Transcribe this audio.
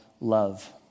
love